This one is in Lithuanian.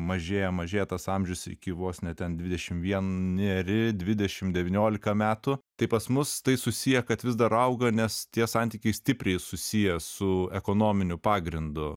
mažėja mažėja tas amžius iki vos ne ten dvidešim vieneri dvidešim devyniolika metų tai pas mus tai susiję kad vis dar auga nes tie santykiai stipriai susiję su ekonominiu pagrindu